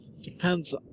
Depends